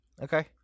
Okay